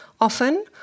often